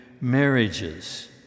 marriages